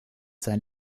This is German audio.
sein